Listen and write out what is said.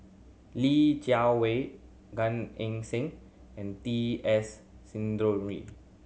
Li Jiawei Gan Eng Seng and T S